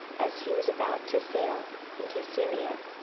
as he was about to sail into syria,